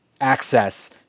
access